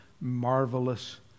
marvelous